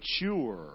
mature